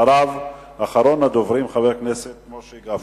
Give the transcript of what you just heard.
אחריו, אחרון הדוברים, חבר הכנסת משה גפני.